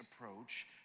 approach